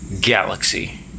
galaxy